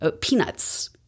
Peanuts